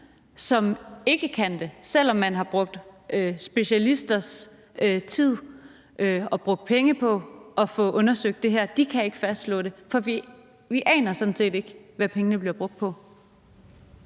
som ikke kan fastslå det, selv om man har brugt specialisters tid og brugt penge på at få undersøgt det her. De kan ikke fastslå det, for vi aner sådan set ikke, hvad pengene bliver brugt på.